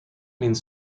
means